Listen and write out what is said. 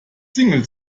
single